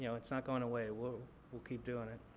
you know it's not going away. we'll we'll keep doing it.